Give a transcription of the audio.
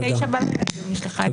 ב-21:00 בערב היא נשלחה אתמול.